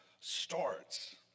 starts